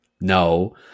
No